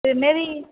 இதுமாரி